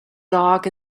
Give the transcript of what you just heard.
dark